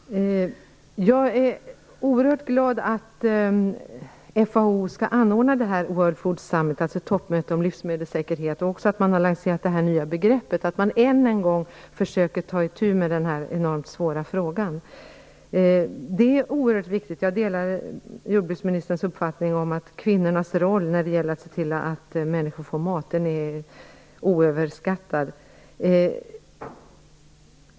Herr talman! Jag är oerhört glad att FAO skall anordna ett toppmöte om livsmedelssäkerhet, att man har lanserat det nya begreppet, att man än en gång försöker ta itu med den enormt svåra frågan. Det är oerhört viktigt. Jag delar jordbruksministerns uppfattning om att kvinnornas roll när det gäller att se till att människor får mat är oöverskattad.